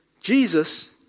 Jesus